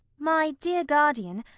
my dear guardian,